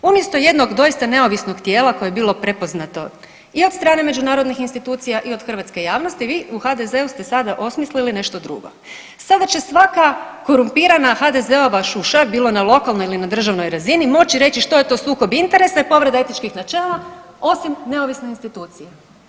Umjesto jednog doista neovisnog tijela koje je bilo prepoznato i od strane međunarodnih institucija i od hrvatske javnosti vi u HDZ-u ste sada osmislili nešto drugo, sada će svaka korumpirana HDZ-ova šuša bilo na lokalno ili na državnoj razini moći reći što je to sukob interesa i povreda etičkih načela osim neovisne institucije.